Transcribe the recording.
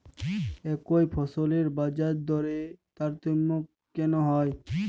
একই ফসলের বাজারদরে তারতম্য কেন হয়?